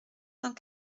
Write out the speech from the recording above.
cent